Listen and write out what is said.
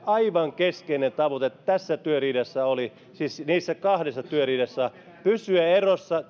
aivan keskeinen tavoite tässä työriidassa siis niissä kahdessa työriidassa oli pysyä erossa